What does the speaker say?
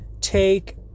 take